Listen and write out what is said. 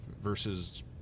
versus